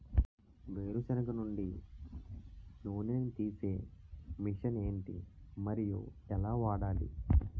వేరు సెనగ నుండి నూనె నీ తీసే మెషిన్ ఏంటి? మరియు ఎలా వాడాలి?